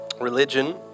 religion